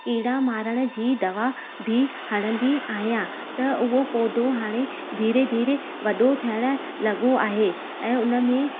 कीड़ा मारण जी दवा बि हणंदी आहियां त उहो पौधो हाणे धीरे धीरे वॾो थियणु लॻो आहे ऐं उन में